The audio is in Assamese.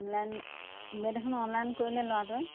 অনলাইন বেট এখন অনলাইন কৰিলে ল'ৰাটোৱে